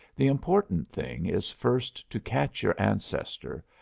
the important thing is first to catch your ancestor,